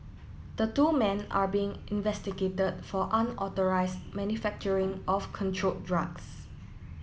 the two men are being investigated for unauthorised manufacturing of controlled drugs